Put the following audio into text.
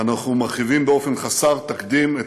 אנחנו מרחיבים באופן חסר תקדים את